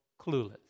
clueless